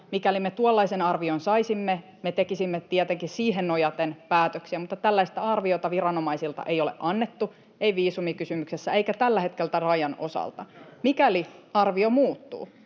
Mikäli me tuollaisen arvion saisimme, me tekisimme tietenkin siihen nojaten päätöksiä, mutta tällaista arviota viranomaisilta ei ole annettu — ei viisumikysymyksessä eikä tällä hetkellä rajan osalta. Mikäli arvio muuttuu,